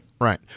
Right